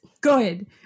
good